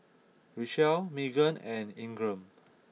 Richelle Meaghan and Ingram